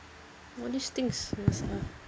all these things must ask